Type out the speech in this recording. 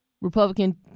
Republican